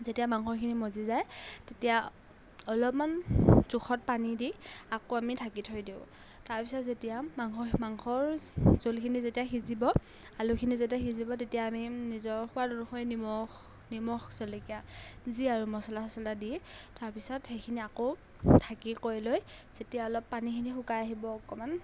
যেতিয়া মাংসখিনি মজি যায় তেতিয়া অলপমান জোখত পানী দি আকৌ আমি ঢাকি থৈ দিওঁ তাৰপিছত যেতিয়া মাংস মাংসৰ জোলখিনি যেতিয়া সিজিব আলুখিনি যেতিয়া সিজিব তেতিয়া আমি নিজৰ সোৱাদ অনুসৰি নিমখ নিমখ জলকীয়া যি আৰু মছলা চচলা দি তাৰপিছত সেইখিনি আকৌ ঢাকি কৰি লৈ যেতিয়া অলপ পানীখিনি শুকাই আহিব অকণমান